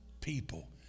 people